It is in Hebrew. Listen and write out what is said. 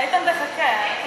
איתן, תחכה.